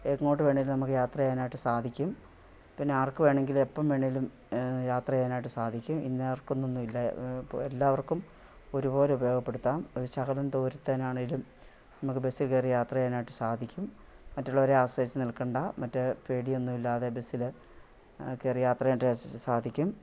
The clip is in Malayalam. എങ്ങോട്ട് വേണമെങ്കിലും നമുക്ക് യാത്രചെയ്യാനായിട്ട് സാധിക്കും പിന്നെ ആർക്ക് വേണമെങ്കിലും എപ്പം വേണമെങ്കിലും യാത്ര ചെയ്യാനായിട്ട് സാധിക്കും ഇന്ന ആർക്കൊന്നുമില്ല എല്ലാവർക്കും ഒരുപോലെ ഉപയോഗപ്പെടുത്താം ഒരു ശകലം ദൂരത്തിനാണെങ്കിലും നമുക്ക് ബസ്സ് കയറി യാത്ര ചെയ്യാനായിട്ട് സാധിക്കും മറ്റുള്ളവരെ ആശ്രയിച്ചു നിൽക്കേണ്ട മറ്റേ പേടിയൊന്നുമില്ലാതെ ബസ്സിൽ കയറി യാത്ര സാധിക്കും